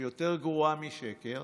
שהיא יותר גרועה משקר,